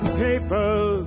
people